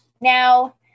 Now